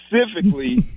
specifically